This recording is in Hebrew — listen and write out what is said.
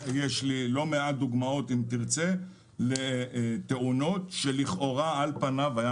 יש לי לא מעט דוגמאות אם תרצה לתאונות שלכאורה על פניו היה